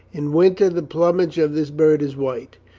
in winter the plumage of this bird is white.